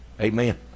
Amen